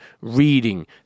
Reading